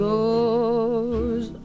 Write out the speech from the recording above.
Goes